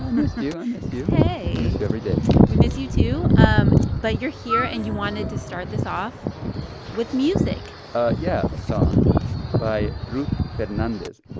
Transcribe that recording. i missed you. i miss you hey i miss you every day we miss you, too. um but you're here, and you wanted to start this off with music yeah a song by ruth fernandez,